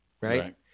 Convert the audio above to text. Right